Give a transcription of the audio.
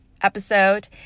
episode